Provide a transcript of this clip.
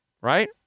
right